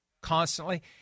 constantly